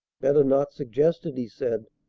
better not suggest it, he said.